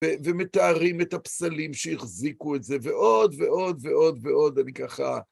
ומתארים את הפסלים שהחזיקו את זה, ועוד ועוד ועוד ועוד אני ככה...